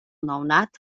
nounat